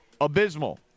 Abysmal